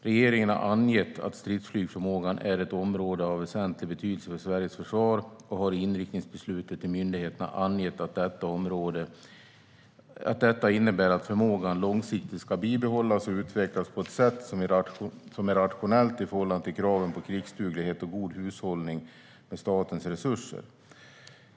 Regeringen har angett att stridsflygsförmågan är ett område av väsentlig betydelse för Sveriges försvar och har i inriktningsbeslutet till myndigheterna angett att detta innebär att förmågan långsiktigt ska bibehållas och utvecklas på ett sätt som är rationellt i förhållande till kraven på krigsduglighet och god hushållning med statens resurser.